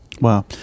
Wow